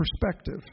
perspective